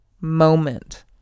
moment